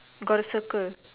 got circle